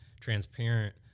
transparent